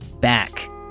back